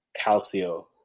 Calcio